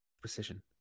precision